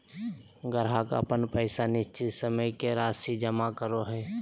ग्राहक अपन पैसा निश्चित समय के राशि जमा करो हइ